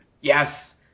Yes